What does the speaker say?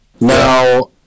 Now